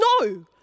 No